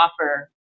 offer